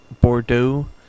Bordeaux